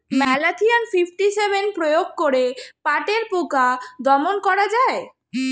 Malathion fifty seven প্রয়োগ করে পাটের পোকা দমন করা যায়?